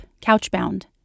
couch-bound